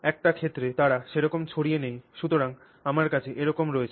একটি ক্ষেত্রে তারা সেরকম ছড়িয়ে নেই সুতরাং আমার কাছে এরকমই রয়েছে